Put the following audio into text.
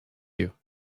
you